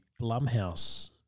Blumhouse